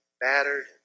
battered